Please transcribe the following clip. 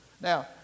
Now